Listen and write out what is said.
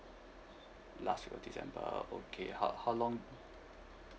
last of december okay how how long